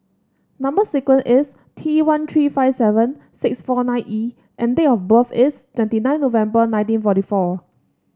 number sequence is T one three five seven six four nine E and date of birth is twenty nine November nineteen forty four